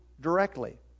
directly